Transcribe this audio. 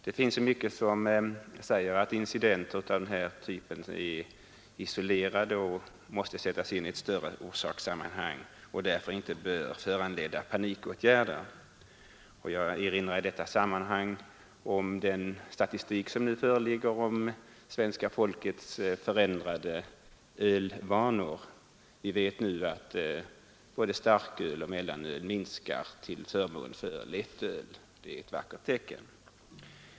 Det finns så mycket som säger att incidenter av den här typen är isolerade och måste sättas in i ett större orsakssammanhang och därför inte bör föranleda panikåtgärder. Jag erinrar i detta sammanhang om den statistik som nu föreligger om svenska folkets förändrade ölvanor. Vi vet nu att både starköl och mellanöl minskar till förmån för lättöl. Det är ett vackert tecken.